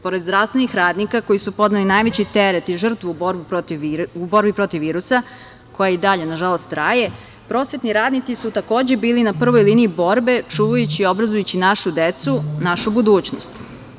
Pored zdravstvenih radnika koji su podneli najveći teret i žrtvu u borbi protiv virusa, koja i dalje nažalost traje, prosvetni radnici su takođe bili na prvoj liniji borbe, čuvajući i obrazujući našu decu, našu budućnost.